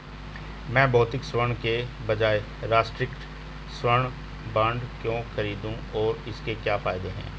मैं भौतिक स्वर्ण के बजाय राष्ट्रिक स्वर्ण बॉन्ड क्यों खरीदूं और इसके क्या फायदे हैं?